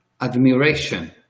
admiration